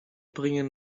bringen